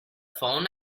phone